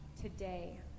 today